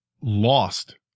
lost